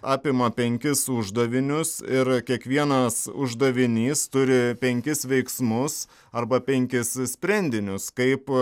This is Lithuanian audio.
apima penkis uždavinius ir kiekvienas uždavinys turi penkis veiksmus arba penkis sprendinius kaip